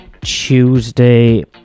Tuesday